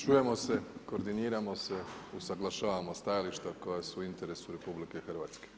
Čujemo se, koordiniramo se, usuglašavamo stajališta koja su u interesu RH.